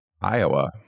Iowa